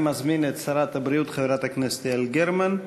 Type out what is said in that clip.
אני מזמין את שרת הבריאות חברת הכנסת יעל גרמן.